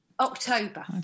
october